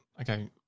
Okay